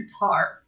guitar